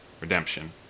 redemption